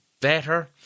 better